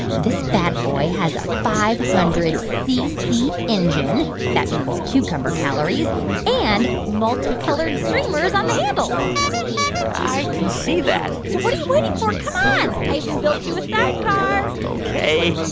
this bad boy has a five hundred cc engine that means cucumber calories and multicolored streamers on the handles i can see that so what are you waiting for? come on. i even built you a sidecar ok.